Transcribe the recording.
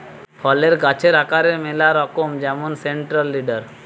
ফলের গাছের আকারের ম্যালা রকম যেমন সেন্ট্রাল লিডার